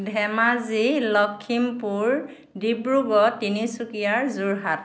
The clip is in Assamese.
ধেমাজি লক্ষীমপুৰ ডিব্ৰুগড় তিনিচুকীয়া যোৰহাট